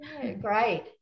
Great